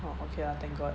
okay ah thank god